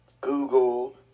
Google